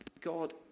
God